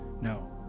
No